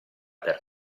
per